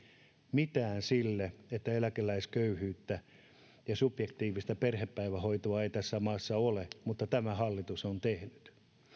mitään sille että eläkeläisköyhyyttä on ja subjektiivista perhepäivähoitoa ei tässä maassa ole mutta tämä hallitus on tehnyt